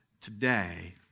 Today